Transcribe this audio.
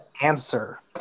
answer